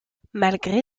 malgré